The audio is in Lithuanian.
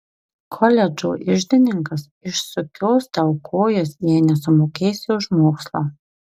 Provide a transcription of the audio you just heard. koledžo iždininkas išsukios tau kojas jei nesumokėsi už mokslą